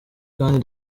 kandi